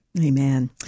Amen